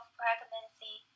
pregnancy